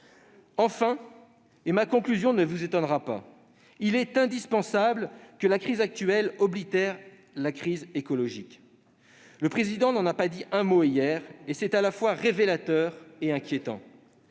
Enfin, et ma conclusion ne vous étonnera pas, il est impensable que la crise actuelle oblitère la crise écologique. Le Président de la République n'en a pas dit un mot hier, ce qui est à la fois révélateur et inquiétant.